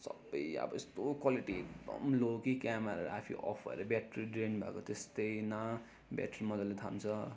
सबै अब यस्तो क्वालिटी एकदम लो कि क्यामेरा आफै अफ् भएर ब्याट्री ड्रेन भएको त्यस्तै न ब्याट्री मजाले थाम्छ